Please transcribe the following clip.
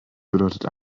bedeutet